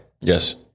Yes